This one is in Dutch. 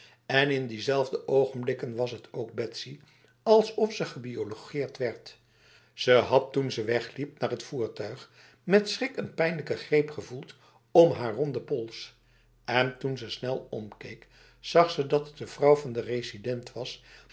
en in diezelfde ogenblikken was het ook betsy alsof ze gebiologeerd werd ze had toen ze wegliep naar haar voertuig met schrik een pijnlijke greep gevoeld om haar ronde pols en toen ze snel omkeek zag ze dat het de vrouw van de resident was